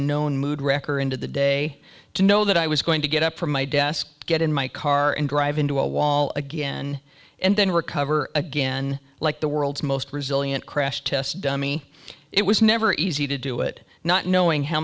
unknown mood wrecker into the day to know that i was going to get up from my desk get in my car and drive into a wall again and then recover again like the world's most resilient crash test dummy it was never easy to do it not knowing how